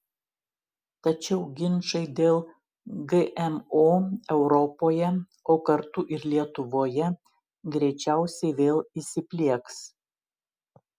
tačiau ginčai dėl gmo europoje o kartu ir lietuvoje greičiausiai vėl įsiplieks